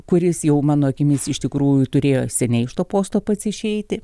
kuris jau mano akimis iš tikrųjų turėjo seniai iš to posto pats išeiti